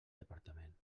departament